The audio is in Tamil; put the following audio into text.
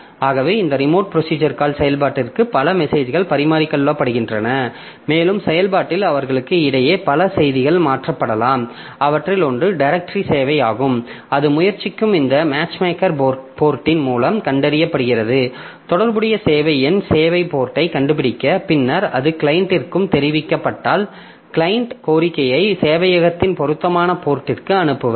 ஆகவே இந்த ரிமோட் ப்ரோஸிஜர் காள் செயல்பாட்டிற்கு பல மெசேஜ்கள் பரிமாறிக்கொள்ளப்படுகின்றன மேலும் செயல்பாட்டில் அவர்களுக்கு இடையே பல செய்திகள் மாற்றப்படும் அவற்றில் ஒன்று டிரேக்டரி சேவையாகும் அது முயற்சிக்கும் இந்த மேட்ச்மேக்கர் போர்ட்டின் மூலம் கண்டறியப்படுகிறது தொடர்புடைய சேவை எண் சேவை போர்ட்டை கண்டுபிடிக்க பின்னர் அது கிளையன்ட்டிற்குத் தெரிவிக்கப்பட்டால் கிளையன்ட் கோரிக்கையை சேவையகத்தின் பொருத்தமான போர்ட்டிற்கு அனுப்புவார்